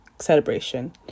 celebration